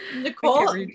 Nicole